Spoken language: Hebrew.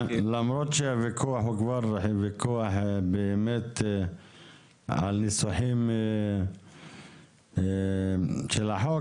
למרות שהוויכוח הוא ויכוח על ניסוחים של החוק,